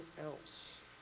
else